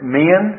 men